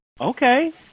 Okay